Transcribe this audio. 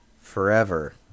forever